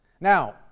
Now